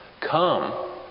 come